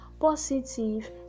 positive